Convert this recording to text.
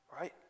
Right